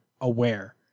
aware